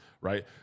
right